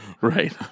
Right